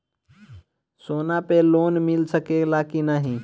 सोना पे लोन मिल सकेला की नाहीं?